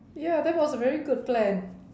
ya that was a very good plan